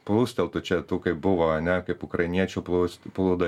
plūsteltų čia tų kaip buvo ane kaip ukrainiečių plūst plūdo